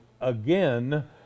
again